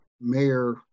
Mayor